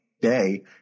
day